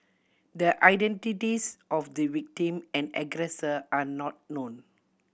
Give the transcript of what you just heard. the identities of the victim and aggressor are not known